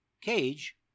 cage